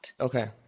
Okay